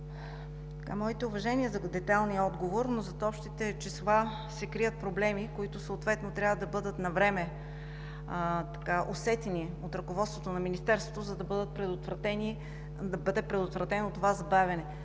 Моите уважения за детайлния отговор, но зад общите числа се крият проблеми, които съответно трябва да бъдат навреме усетени от ръководството на Министерството, за да бъде предотвратено това забавяне.